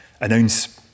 announce